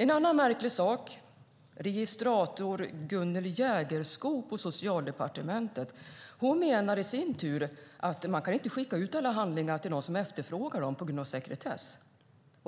En annan märklig sak är att registrator Gunnel Jägerskog på Socialdepartementet i sin tur menar att man inte kan skicka ut alla handlingar till någon som efterfrågar dem på grund av sekretess.